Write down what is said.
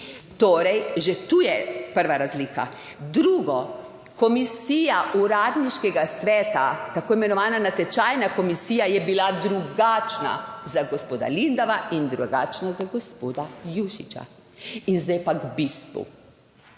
Torej, že tu je prva razlika. Drugo, komisija uradniškega sveta, tako imenovana natečajna komisija, je bila drugačna za gospoda Lindava in drugačna za gospoda Jušića. In zdaj pa k bistvu,